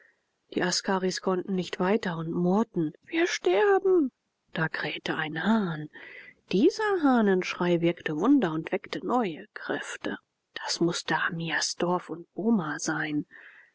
die askaris konnten nicht weiter und murrten wir sterben da krähte ein hahn dieser hahnenschrei wirkte wunder und weckte neue kraft das mußte hamias dorf und boma sein